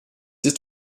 ist